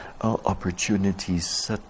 opportunities